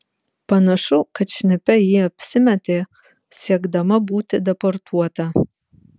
panašu kad šnipe ji apsimetė siekdama būti deportuota